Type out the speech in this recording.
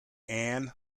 anne